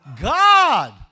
God